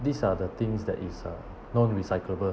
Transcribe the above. these are the things that is ah non-recyclable